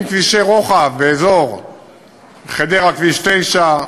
עם כבישי רוחב באזור חדרה כביש 9,